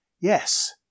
yes